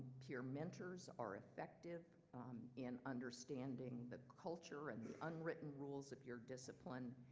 peer mentors are effective in understanding the culture and the unwritten rules of your discipline.